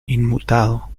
inmutado